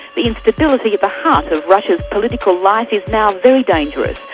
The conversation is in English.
the instability of a half of russia's political life is now very dangerous.